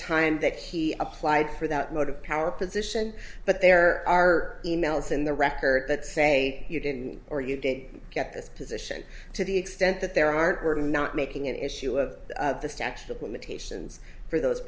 time that he applied for that motive power position but there are e mails in the record that say you didn't or you did get this position to the extent that there are we're not making an issue of the statute of limitations for those